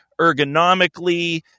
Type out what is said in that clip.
ergonomically